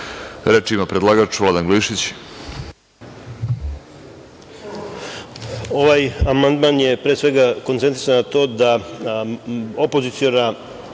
ima predlagač, Vladan Glišić.